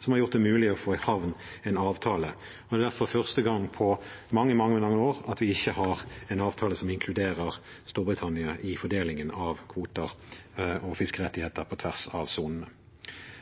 som har gjort det mulig å få i havn en avtale. Det er derfor første gang på mange, mange år at vi ikke har en avtale som inkluderer Storbritannia i fordelingen av kvoter og fiskerettigheter på tvers av sonene.